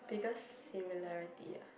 biggest similarity ah